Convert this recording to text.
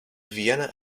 vienna